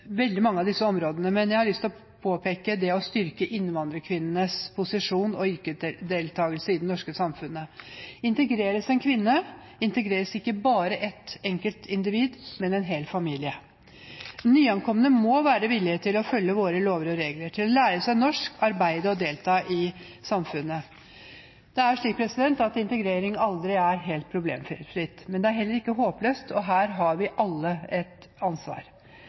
veldig mange av disse områdene, men jeg har lyst til særlig å påpeke det å styrke innvandrerkvinnenes posisjon og yrkesdeltakelse i det norske samfunnet. Integreres en kvinne, integreres ikke bare et enkelt individ, men en hel familie. Nyankomne må være villige til å følge våre lover og regler, til å lære seg norsk og til å arbeide og å delta i samfunnet. Det er slik at integrering aldri er helt problemfritt, men det er heller ikke håpløst. Her har vi alle et ansvar.